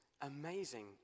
amazing